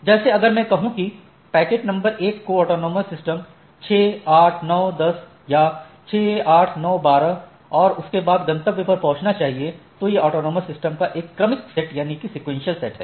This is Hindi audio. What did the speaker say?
जैसे अगर मै कहूं कि पैकेट न 1 को ऑटॉनमस सिस्टम 6 8 9 10 या 6 8 9 12 और उसके बाद गंतव्य स्थान पर पहुँचना चाहिए तो यह ऑटॉनमस सिस्टम का एक क्रमिक सेट है